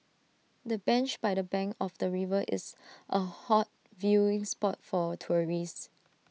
the bench by the bank of the river is A hot viewing spot for tourists